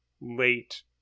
late